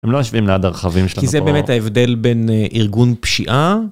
הם לא יושבים ליד הרכבים של ה כי זה באמת ההבדל בין ארגון פשיעה...